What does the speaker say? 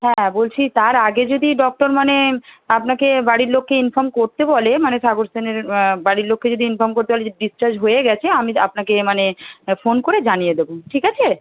হ্যাঁ বলছি তার আগে যদি ডক্টর মানে আপনাকে বাড়ির লোককে ইনফর্ম করতে বলে মানে সাগর সেনের বাড়ির লোককে যদি ইনফর্ম করতে বলে যে ডিসচার্জ হয়ে গিয়েছে আমি তা আপনাকে মানে ফোন করে জানিয়ে দেবো ঠিক আছে